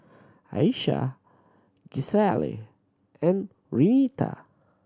Ayesha Gisselle and Renita